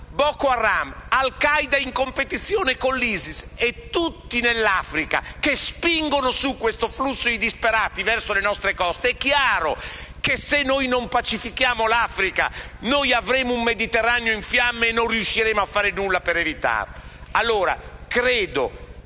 Boko Haram e al-Qaeda in competizione con l'ISIS e tutti nell'Africa spingono su questo flusso di disperati verso le nostre coste, è chiaro che se noi non pacifichiamo l'Africa avremo un Mediterraneo in fiamme e non riusciremo a fare nulla per evitarlo. Il senso